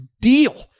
deal